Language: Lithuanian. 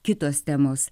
kitos temos